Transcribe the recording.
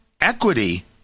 equity